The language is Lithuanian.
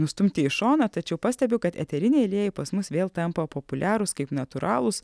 nustumti į šoną tačiau pastebiu kad eteriniai aliejai pas mus vėl tampa populiarūs kaip natūralūs